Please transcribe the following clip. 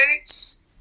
boots